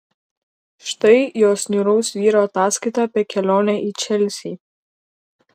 štai jos niūraus vyro ataskaita apie kelionę į čelsį